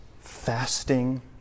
fasting